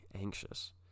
anxious